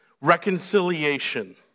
reconciliation